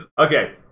Okay